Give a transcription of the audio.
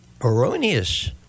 erroneous